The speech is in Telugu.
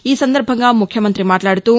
ఈసందర్భంగా ముఖ్యమంత్రి మాట్లాడుతూ